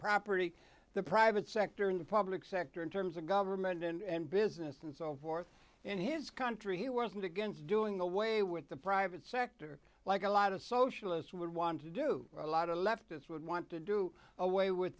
property the private sector and the public sector in terms of government and business and so forth in his country he wasn't against doing away with the private sector like a lot of socialists would want to do a lot of leftists would want to do away with